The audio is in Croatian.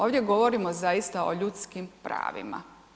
Ovdje govorimo zaista o ljudskim pravima.